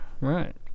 Right